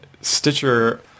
Stitcher